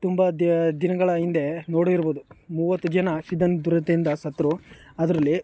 ತುಂಬ ದಿನಗಳ ಹಿಂದೆ ನೋಡಿರ್ಬೋದು ಮೂವತ್ತು ಜನ ಆಕ್ಸಿಜನ್ ದುರಂತದಿಂದ ಸತ್ತರು ಅದರಲ್ಲಿ